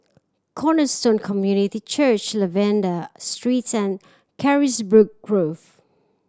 Cornerstone Community Church Lavender Streets and Carisbrooke Grove